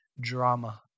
drama